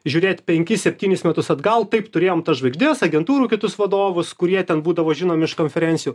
žiūrėt penkis septynis metus atgal taip turėjom tas žvaigždes agentūrų kitus vadovus kurie ten būdavo žinomi iš konferencijų